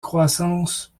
croissance